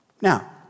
Now